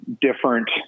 different